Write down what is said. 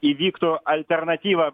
įvyktų alternatyva